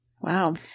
Wow